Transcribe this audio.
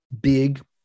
big